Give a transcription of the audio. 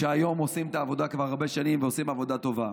שעושים את העבודה כבר הרבה שנים ועושים עבודה טובה,